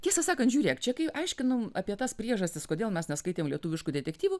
tiesą sakant žiūrėk čia kai aiškinom apie tas priežastis kodėl mes neskaitėm lietuviškų detektyvų